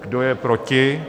Kdo je proti?